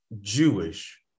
Jewish